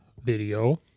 video